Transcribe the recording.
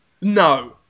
No